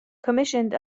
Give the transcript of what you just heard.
commissioned